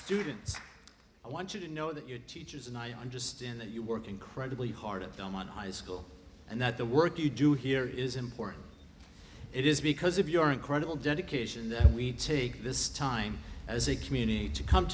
students i want you to know that your teachers and i understand that you work incredibly hard and don't want high school and that the work you do here is important it is because of your incredible dedication that we take this time as a community to come